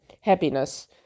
happiness